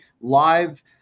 live